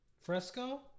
Fresco